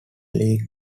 league